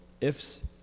ifs